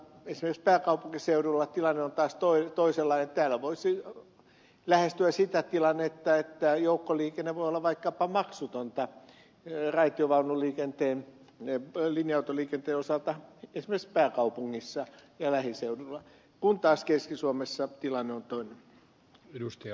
esimerkiksi pääkaupunkiseudulla tilanne on taas toisenlainen täällä voisi lähestyä sitä tilannetta että joukkoliikenne voi olla vaikkapa maksutonta raitiovaunuliikenteen linja autoliikenteen osalta esimerkiksi pääkaupungissa ja lähiseuduilla kun taas keski suomessa tilanne on toinen